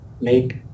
make